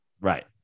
Right